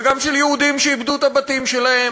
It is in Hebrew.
וגם של יהודים שאיבדו את הבתים שלהם.